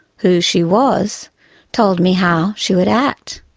who she was told me how she would act,